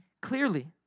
clearly